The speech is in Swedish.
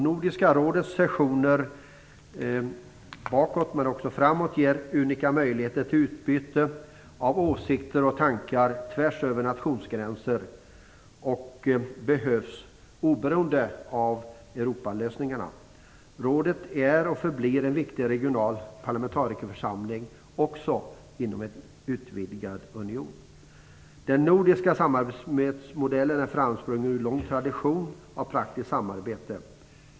Nordiska rådets sessioner har givit och kommer också framöver att ge unika möjligheter till utbyte av åsikter och tankar tvärs över nationsgränser, och de behövs oberoende av Europalösningarna. Rådet är och förblir en viktig regional parlamentarikerförsamling - också inom en utvidgad union. Den nordiska samarbetsmodellen har framstått ur en lång tradition av praktiskt samarbete.